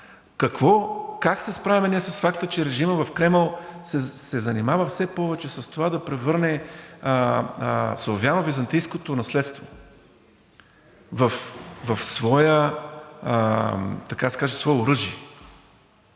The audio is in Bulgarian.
Как се справяме ние с факта, че режимът в Кремъл се занимава все повече с това да превърне славяно-византийското наследство, така да се каже, в свое оръжие,